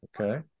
Okay